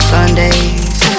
Sundays